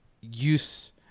use